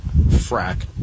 frack